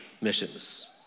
missions